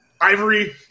Ivory